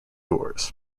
wars